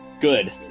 Good